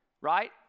right